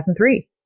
2003